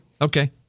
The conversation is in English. Okay